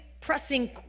pressing